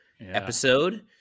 episode